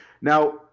Now